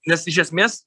nes iš esmės